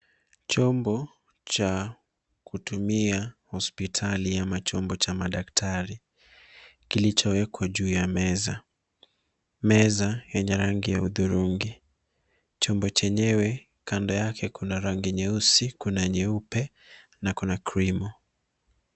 Chombo cha kutumia hospitali au chombo cha madaktari, kilichowekwa juu ya meza. Meza yenye rangi ya hudhurungi. Chombo chenyewe kando yake kuna rangi nyeusi, kuna nyeupe na kuna krimu.